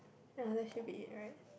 ya that should be right